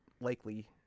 likely